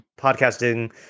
podcasting